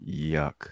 Yuck